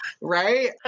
Right